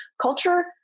Culture